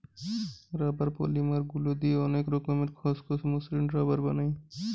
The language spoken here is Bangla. রাবার পলিমার গুলা দিয়ে অনেক রকমের খসখসে, মসৃণ রাবার বানায়